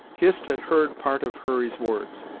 hist had heard part of hurry's words,